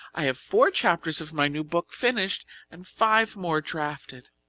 i have four chapters of my new book finished and five more drafted.